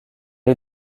est